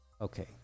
Okay